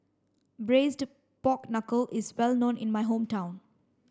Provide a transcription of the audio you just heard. braised pork knuckle is well known in my hometown